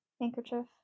Handkerchief